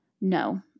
No